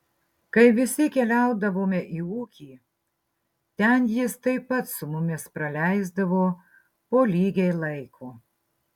kai visi keliaudavome į ūkį ten jis taip pat su mumis praleisdavo po lygiai laiko